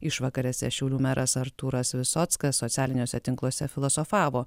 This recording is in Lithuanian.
išvakarėse šiaulių meras artūras visockas socialiniuose tinkluose filosofavo